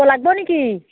লাগিব নেকি